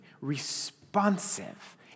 responsive